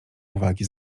uwagi